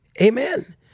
Amen